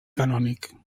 canònic